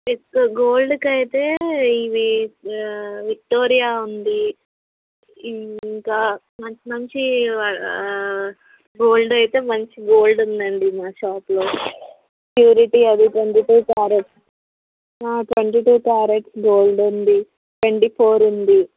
మీకు గోల్డ్కి అయితే ఇవి విక్టోరియా ఉంది ఇంకా మంచి మంచి గోల్డ్ అయితే మంచి గోల్డ్ ఉందండి మా షాప్లో ప్యూరిటీ అది twenty two carats twenty two carats gold ఉంది ట్వంటీ ఫోర్ ఉంది